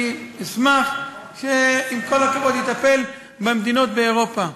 אני אשמח ש, עם כל הכבוד, יטפל במדינות באירופה.